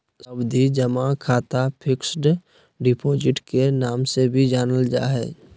सावधि जमा खाता फिक्स्ड डिपॉजिट के नाम से भी जानल जा हय